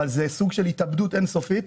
אבל זה סוג של התאבדות אין סופית,